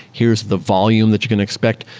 here's the volume that you can expect.